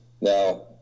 now